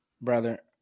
Brother